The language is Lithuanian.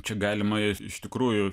čia galima iš tikrųjų